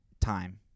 time